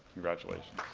congratulations.